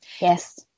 Yes